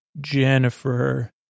Jennifer